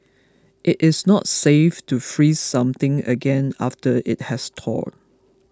it is not safe to freeze something again after it has thawed